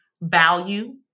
value